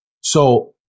so-